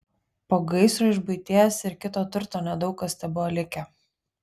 po gaisro iš buities ir kito turto nedaug kas tebuvo likę